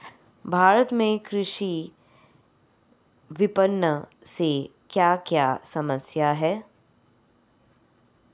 भारत में कृषि विपणन से क्या क्या समस्या हैं?